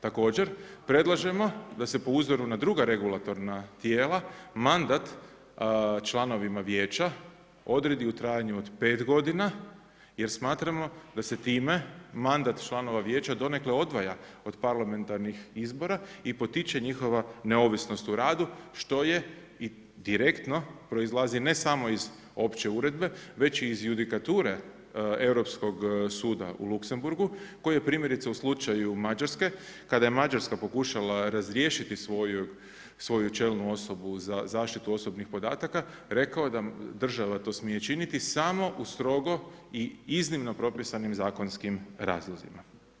Također predlažemo da se po uzoru na druga regulatorna tijela mandat članovima vijeća odredi u trajanju od 5 godina jer smatramo da se time mandat članova vijeća donekle odvaja od parlamentarnih izbora i potiče njihova neovisnost u radu što je i direktno proizlazi ne samo iz opće uredbe već iz judikature Europskog suda u Luksemburgu koji je primjerice u slučaju Mađarske kada je Mađarska pokušala razriješiti svoju čelnu osobu za zaštitu osobnih podataka, rekao da država to smije činiti samo u strogo i iznimno propisanim zakonskim razlozima.